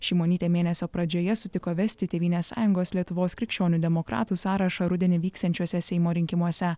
šimonytė mėnesio pradžioje sutiko vesti tėvynės sąjungos lietuvos krikščionių demokratų sąrašą rudenį vyksiančiuose seimo rinkimuose